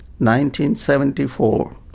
1974